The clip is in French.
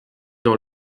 dans